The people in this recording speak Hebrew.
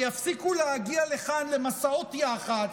ויפסיקו להגיע לכאן למסעות יח"צ,